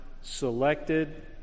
selected